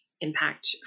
impact